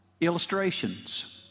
illustrations